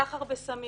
סחר בסמים